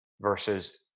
versus